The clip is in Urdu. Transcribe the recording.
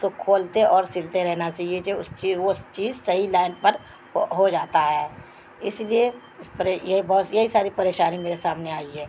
کو کھولتے اور سلتے رہنا چاہیے جو اس چی وہ چیز صحیح لائن پر ہو جاتا ہے اس لیے اس پر یہ بہت یہی ساری پریشانی میرے سامنے آئی ہے